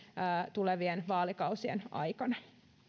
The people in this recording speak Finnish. tulevien vaalikausien aikana